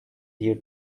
here